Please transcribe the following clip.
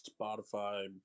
Spotify